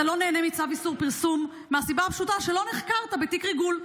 אתה לא נהנה מצו איסור פרסום מהסיבה הפשוטה שלא נחקרת בתיק ריגול.